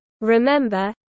Remember